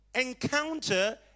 encounter